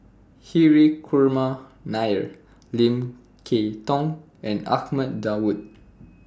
Hri Kumar Nair Lim Kay Tong and Ahmad Daud